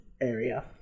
area